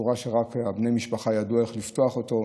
בצורה שרק בני המשפחה ידעו איך לפתוח אותו.